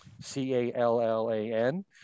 C-A-L-L-A-N